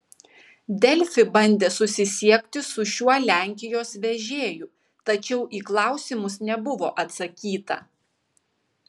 delfi bandė susisiekti su šiuo lenkijos vežėju tačiau į klausimus nebuvo atsakyta